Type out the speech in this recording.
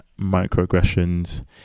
microaggressions